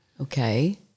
Okay